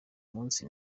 munsi